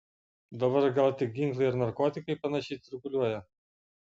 dabar gal tik ginklai ir narkotikai panašiai cirkuliuoja